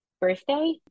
birthday